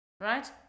right